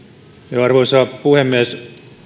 arvoisa puhemies